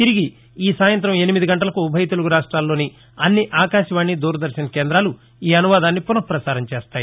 తిరిగి ఈ సాయంత్రం ఎనిమిదిగంటలకు ఉభయ తెలుగు రాష్ట్రాలలోని అన్ని ఆకాశవాణి దూరదర్భన్ కేంద్రాలు ఈ అనువాదాన్ని పున ప్రసారం చేస్తాయి